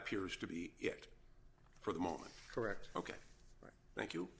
appears to be it for the moment correct ok thank you